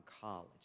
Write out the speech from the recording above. college